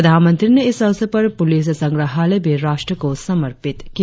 प्रधानमंत्री ने इस अवसर पर पुलिस संग्रहालय भी राष्ट्र को समर्पित किया